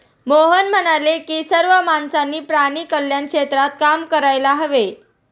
मोहन म्हणाले की सर्व माणसांनी प्राणी कल्याण क्षेत्रात काम करायला हवे